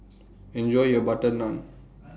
Enjoy your Butter Naan